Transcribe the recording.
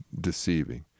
deceiving